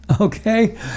Okay